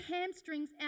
hamstrings